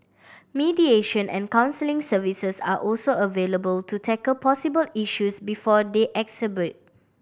mediation and counselling services are also available to tackle possible issues before they exacerbate